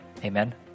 Amen